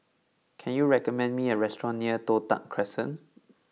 can you recommend me a restaurant near Toh Tuck Crescent